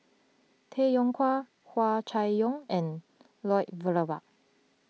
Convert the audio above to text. Tay Yong Kwang Hua Chai Yong and Lloyd Valberg